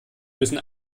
müssen